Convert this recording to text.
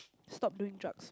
stop doing drugs